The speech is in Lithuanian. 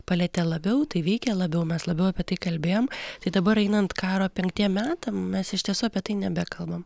palietė labiau tai veikė labiau mes labiau apie tai kalbėjom tai dabar einant karo penktiem metam mes iš tiesų apie tai nebekalbam